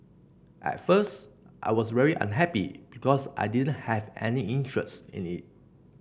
at first I was very unhappy because I didn't have any interest in it